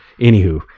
anywho